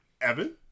Evan